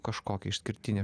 kažkokia išskirtinė